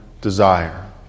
desire